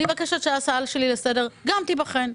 אני מבקשת שההצעה שלי לסדר גם תיבחן,